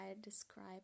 describe